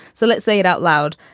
so let's say it out loud.